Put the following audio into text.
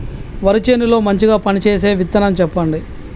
వరి చేను లో మంచిగా పనిచేసే విత్తనం చెప్పండి?